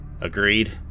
Agreed